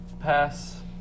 pass